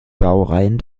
baureihen